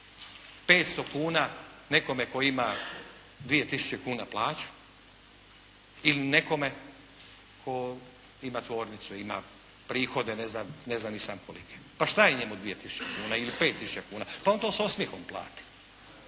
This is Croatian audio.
500 kuna nekome tko ima 2 tisuće kuna plaću ili nekome tko ima tvornicu, ima prihode ne zna ni sam kolike. Pa šta je njemu 2 tisuće kuna ili 5 tisuća kuna, pa on to s osmjehom plati.